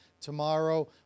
tomorrow